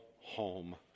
home